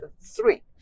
three